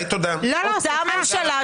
זו אותה ממשלה,